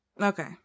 Okay